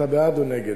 אתה בעד או נגד.